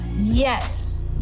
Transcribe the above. Yes